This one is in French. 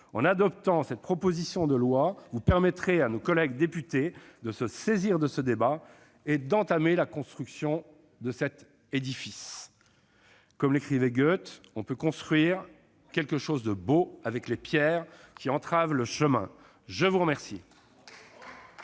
En adoptant cette proposition de loi, vous permettrez à nos collègues députés de se saisir de ce débat et d'entamer la construction de cet édifice. Comme l'écrivait Goethe :« On peut aussi construire quelque chose de beau avec les pierres qui entravent le chemin ». La discussion